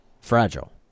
fragile